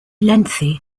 lengthy